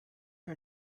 her